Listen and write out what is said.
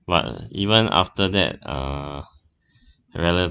but even after that uh the relatives